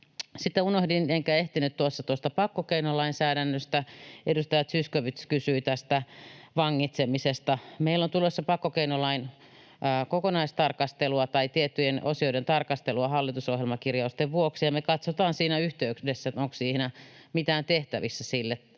Sitten unohdin enkä ehtinyt tuossa tuosta pakkokeinolainsäädännöstä. Edustaja Zyskowicz kysyi tästä vangitsemisesta. Meillä on tulossa pakkokeinolain kokonaistarkastelua tai tiettyjen osioiden tarkastelua hallitusohjelmakirjausten vuoksi, ja me katsotaan siinä yhteydessä, että onko siinä mitään tehtävissä sille, onko